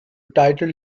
title